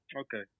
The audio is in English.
Okay